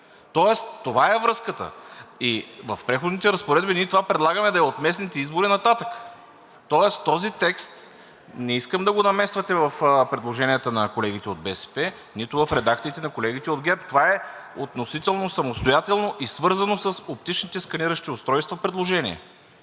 Тоест това е връзката. И в Преходните разпоредби ние предлагаме това да е от местните избори нататък. Тоест този текст не искам да го намесвате в предложенията на колегите от БСП, нито в редакциите на колегите от ГЕРБ. Това е относително самостоятелно и свързано с оптичните сканиращи устройства предложение.